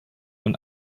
und